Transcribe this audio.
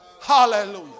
Hallelujah